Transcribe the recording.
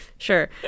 sure